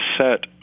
set